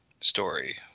story